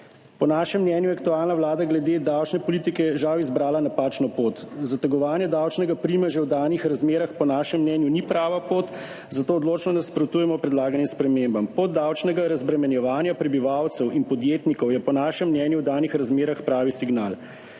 Po našem mnenju je aktualna vlada glede davčne politike žal izbrala napačno pot. Zategovanje davčnega primeža v danih razmerah po našem mnenju ni prava pot, zato odločno nasprotujemo predlaganim spremembam. Pot davčnega razbremenjevanja prebivalcev in podjetnikov je po našem mnenju v danih razmerah pravi signal.